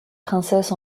princesse